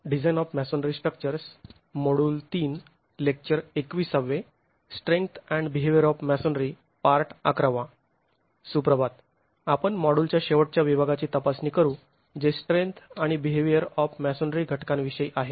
सुप्रभात आपण मॉड्युल च्या शेवटच्या विभागाची तपासणी करू जे स्ट्रेंन्थ आणि बीहेवीअर ऑफ मॅसोनरी घटकांविषयी आहे